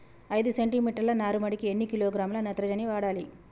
ఐదు సెంటి మీటర్ల నారుమడికి ఎన్ని కిలోగ్రాముల నత్రజని వాడాలి?